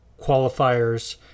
qualifiers